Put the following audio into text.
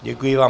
Děkuji vám.